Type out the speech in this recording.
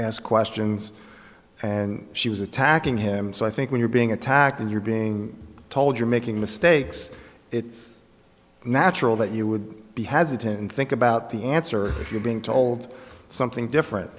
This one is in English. ask questions and she was attacking him so i think when you're being attacked and you're being told you're making mistakes it's natural that you would be has it and think about the answer if you're being told something different